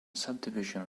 subdivision